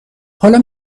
حالا